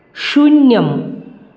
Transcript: शून्यम्